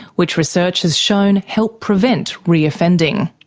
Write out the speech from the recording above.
which research has shown help prevent re-offending.